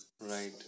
Right